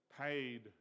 paid